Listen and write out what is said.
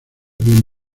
bien